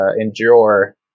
endure